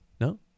No